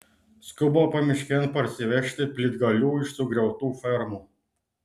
skuba pamiškėn parsivežti plytgalių iš sugriautų fermų